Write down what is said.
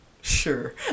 Sure